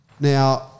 Now